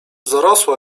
zarosła